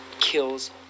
kills